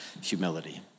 humility